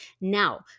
Now